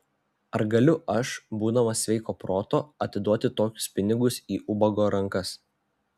ar galiu aš būdamas sveiko proto atiduoti tokius pinigus į ubago rankas